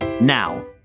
Now